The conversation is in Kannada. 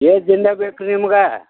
ಏಸ್ ದಿನ್ದಾಗ ಬೇಕು ನಿಮ್ಗೆ